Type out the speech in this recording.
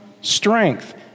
strength